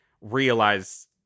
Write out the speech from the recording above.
realize